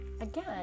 again